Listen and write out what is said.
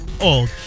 old